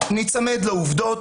ניצמד לעובדות.